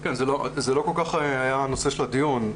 זה לא כל כך היה הנושא של הדיון,